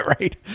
Right